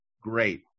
great